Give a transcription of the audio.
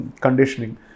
conditioning